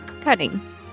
cutting